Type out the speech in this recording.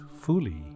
fully